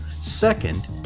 Second